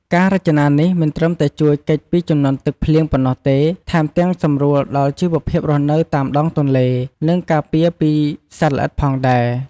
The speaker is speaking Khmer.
ការរចនានេះមិនត្រឹមតែជួយគេចពីជំនន់ទឹកភ្លៀងប៉ុណ្ណោះទេ ថែមទាំងសម្រួលដល់ជីវភាពរស់នៅតាមដងទន្លេ និងការពារពីសត្វល្អិតផងដែរ។